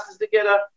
together